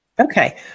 Okay